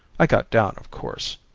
i got down, of course.